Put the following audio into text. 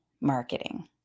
marketing